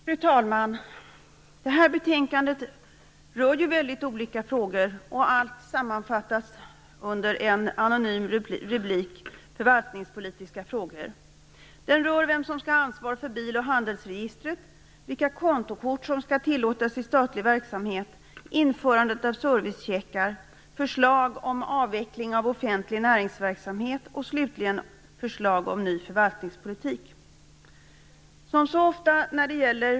Fru talman! Det här betänkandet rör väldigt olika frågor, allt sammanfattat under den anonyma rubriken Förvaltningspolitiska frågor. Det rör vem som skall ha ansvar för bil och handelsregistret, vilka kontokort som skall tillåtas i statlig verksamhet, införandet av servicecheckar, förslag om avveckling av offentlig näringsverksamhet och slutligen förslag om ny förvaltningspolitik.